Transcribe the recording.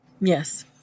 Yes